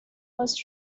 was